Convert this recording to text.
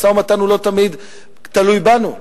המשא-ומתן לא תמיד תלוי בנו,